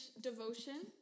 devotion